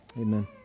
amen